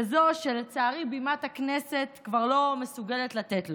כזאת שלצערי בימת הכנסת כבר לא מסוגלת לתת לו.